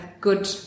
good